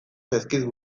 zaizkit